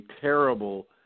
terrible